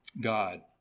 God